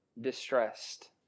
distressed